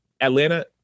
Atlanta